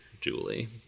Julie